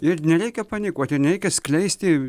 ir nereikia panikuoti nereikia skleisti